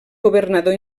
governador